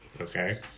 Okay